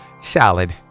salad